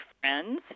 friends